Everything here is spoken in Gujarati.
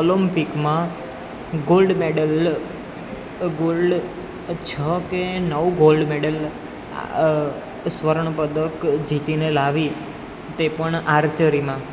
ઓલિમ્પિકમાં ગોલ્ડ મેડલ ગોલ્ડ છ કે નવ ગોલ્ડ મેડલ સ્વર્ણપદક જીતીને લાવી તે પણ આર્ચરીમાં